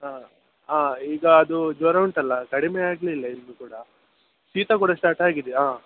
ಈಗ ಅದು ಜ್ವರ ಉಂಟಲ್ಲ ಕಡಿಮೆ ಆಗಲಿಲ್ಲ ಇನ್ನೂ ಕೂಡ ಶೀತ ಕೂಡ ಸ್ಟಾರ್ಟ್ ಆಗಿದೆ ಆಂ